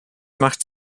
macht